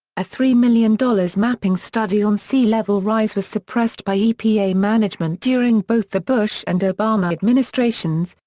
a three million dollars mapping study on sea level rise was suppressed by epa management during both the bush and obama administrations,